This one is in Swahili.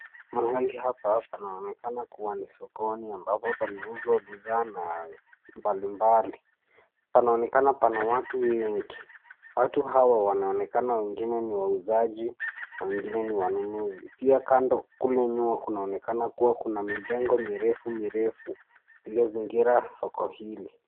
Mahali hapa panaonekana kuwa ni sokoni ambapo panauzwa bidhaa na mbalimbali. Panaonekana pana watu wengi, watu hawa wanaonekana wengine ni wauzaji , wengine ni wanunuzi. Pia kando kule nyuma, kunaonekana kuwa kuna mijengo mirefu mirefu iliozingira soko hili.